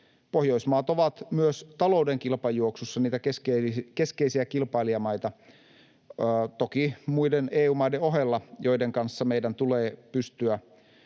Pohjoismaat ovat myös talouden kilpajuoksussa niitä keskeisiä kilpailijamaita, toki muiden EU-maiden ohella, joiden kanssa meidän tulee pystyä